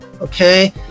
okay